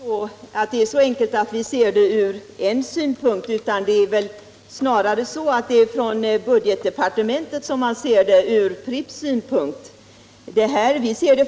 Herr talman! Det är inte så att vi ser den här frågan bara ur en synvinkel, utan snarare är det budgetdepartementet som ser den bara från Pripps synpunkt. Som jag anförde tidigare ser vi